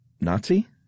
nazi